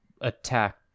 attack